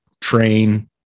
train